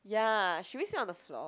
ya should we sit on the floor